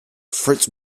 fritz